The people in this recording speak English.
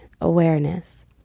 awareness